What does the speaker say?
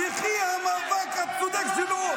יחי המאבק הצודק שלו.